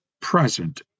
present